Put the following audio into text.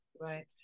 right